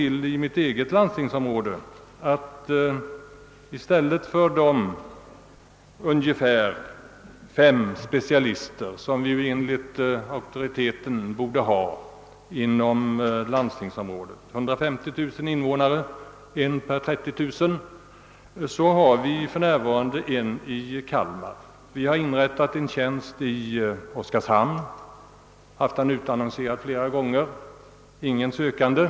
Men i mitt eget landstingsområde är det på det sättet att i stället för de ungefär fem specialister som vi enligt beräkningarna borde ha — inom landstingsområdet finns cirka 150 000 invånare, och det anses behövligt med en specialist på 30 000 — har vi för närvarande enbart en enda specialist i Kalmar. Vi har inrättat en tjänst i Oskarshamn och haft den utannonserad flera gånger, men ingen har sökt den.